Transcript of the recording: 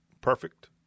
Perfect